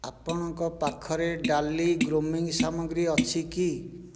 ଆପଣଙ୍କ ପାଖରେ ଡାଲି ଗ୍ରୁମିଙ୍ଗ୍ ସାମଗ୍ରୀ ଅଛି କି